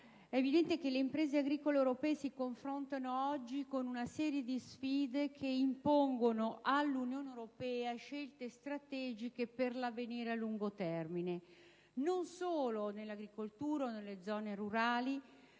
è evidente che le imprese agricole europee si confrontano oggi con una serie di sfide che impongono all'Unione europea scelte strategiche a lungo termine per l'avvenire. Non solo in agricoltura o nelle zone rurali,